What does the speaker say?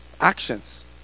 actions